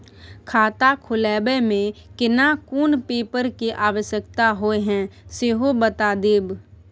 खाता खोलैबय में केना कोन पेपर के आवश्यकता होए हैं सेहो बता देब?